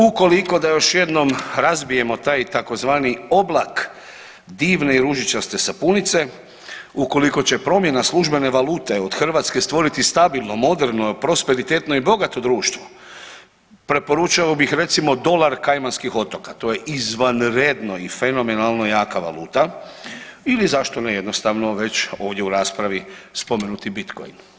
Ukoliko da još jednom razbijemo taj tzv. oblak divne i ružičaste sapunice, ukoliko će promjena službene valute od Hrvatske stvoriti stabilno, moderno, prosperitetno i bogato društvo preporučio bih recimo dolar Kajmanskih otoka to je izvanredno i fenomenalno jaka valuta ili zašto ne jednostavno već ovdje u raspravi spomenuti Bitcoin.